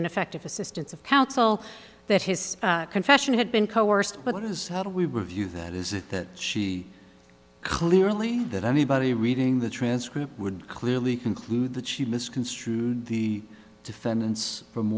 ineffective assistance of counsel that his confession had been coerced but that is how do we review that is it that she clearly that anybody reading the transcript would clearly conclude that she misconstrued the defendants f